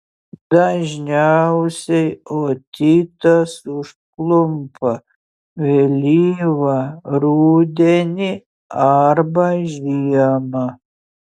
dažniausiai otitas užklumpa vėlyvą rudenį arba žiemą